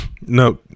no